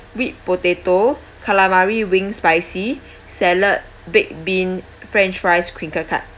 whipped potato calamari wing spicy salad baked bean french fries crinkle cut